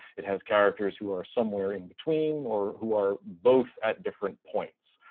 it has characters who are somewhere in between or who are both at different points.